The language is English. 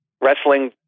wrestling